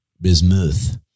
Bismuth